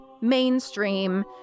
mainstream